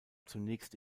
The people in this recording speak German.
zunächst